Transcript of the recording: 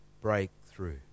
breakthrough